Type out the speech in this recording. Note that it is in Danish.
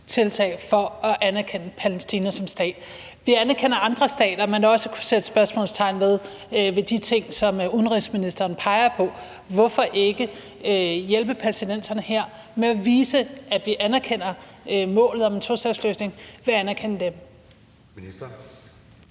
tiltag for at anerkende Palæstina som stat. Vi anerkender andre stater, man også kunne sætte spørgsmålstegn ved i forbindelse med de ting, som udenrigsministeren peger på. Hvorfor ikke hjælpe palæstinenserne her med at vise, at vi anerkender målet om en tostatsløsning ved at anerkende dem? Kl.